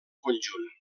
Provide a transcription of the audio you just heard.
conjunt